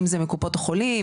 אם זה מקופות החולים,